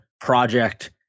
project